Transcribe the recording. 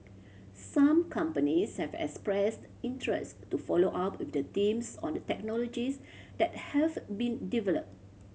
some companies have expressed interest to follow up with the teams on the technologies that have been developed